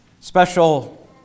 special